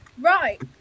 Right